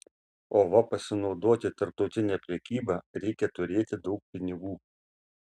o va pasinaudoti tarptautine prekyba reikia turėti daug pinigų